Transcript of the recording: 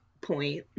point